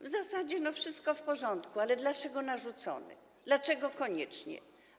W zasadzie wszystko w porządku, ale dlaczego narzucony, dlaczego konieczny?